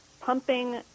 pumping